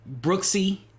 Brooksy